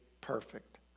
perfect